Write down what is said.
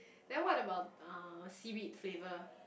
then what about uh seaweed flavour